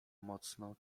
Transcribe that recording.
mocno